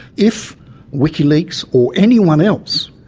if wikileaks or anyone else